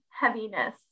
heaviness